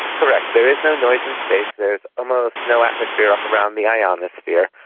correct, there is no noise in space, there is almost no atmosphere up around the ionosphere,